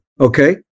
Okay